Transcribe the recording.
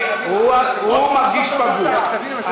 הוא מרגיש פגוע.